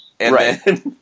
Right